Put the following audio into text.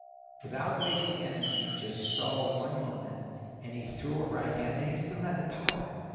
without wasting energy, just saw one moment and he threw a right hand. and he still had the power.